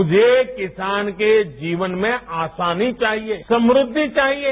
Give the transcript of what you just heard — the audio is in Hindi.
मुझे किसान के जीवन में आसानी चाहिये सम्रद्धि चाहिये